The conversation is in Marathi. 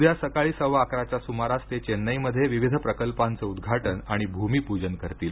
उद्या सकाळी सव्वा अकराच्या सुमारास ते चेन्नईमध्ये विविध प्रकल्पाचं उद्घाटन आणि भूमिपूजन करतील